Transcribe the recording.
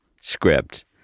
script